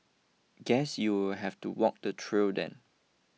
guess you'll have to walk the trail then